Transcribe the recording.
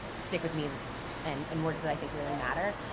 stick with me and and words that i think really matter.